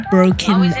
Broken